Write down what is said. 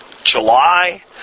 July